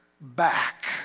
back